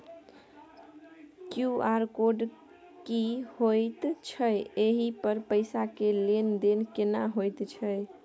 QR code की होयत छै एहि पर पैसा के लेन देन केना होयत छै?